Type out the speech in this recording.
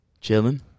Chilling